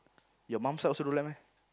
your mum side also don't like meh